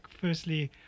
firstly